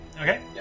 Okay